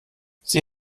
sie